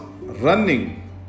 running